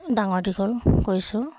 ডাঙৰ দীঘল কৰিছোঁ